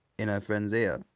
in her friend's ear.